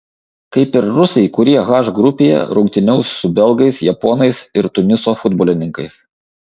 kaip ir rusai kurie h grupėje rungtyniaus su belgais japonais ir tuniso futbolininkais